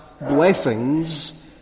blessings